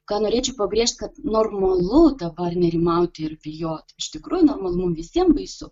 ką norėčiau pabrėžt kad normalu dabar nerimauti ir bijot iš tikrųju normalu visiem baisu